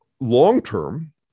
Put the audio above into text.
long-term